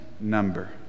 number